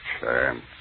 chance